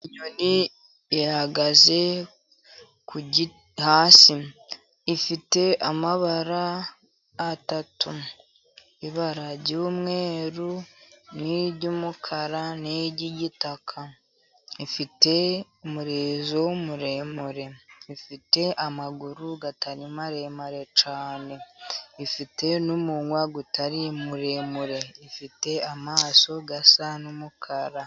Inyoni ihagaze hasi. Ifite amabara atatu. Ibara ry'umweru, n'iry'umukara, n'iry'igitaka. Ifite umurizo muremure. Ifite amaguru atari maremare cyane. Ifite n'umunwa utari muremure. Ifite amaso asa n'umukara.